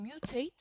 mutate